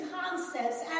concepts